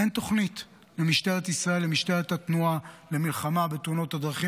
אין למשטרת ישראל תוכנית למשטרת התנועה למלחמה בתאונות הדרכים.